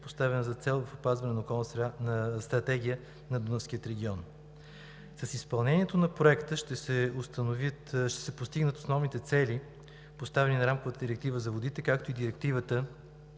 поставен за цел в Стратегията на Дунавския регион. С изпълнението на Проекта ще се постигнат основните цели, поставени в Рамковата директива за водите, както и Директивата